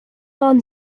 non